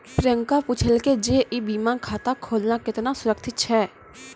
प्रियंका पुछलकै जे ई बीमा खाता खोलना केतना सुरक्षित छै?